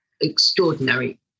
extraordinary